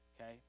okay